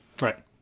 Right